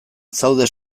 zaude